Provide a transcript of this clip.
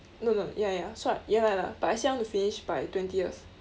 no no ya ya so I ya lah ya lah but I said I want to finish by twentieth